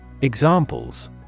Examples